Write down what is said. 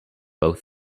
both